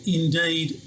indeed